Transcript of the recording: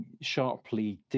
sharply